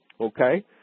Okay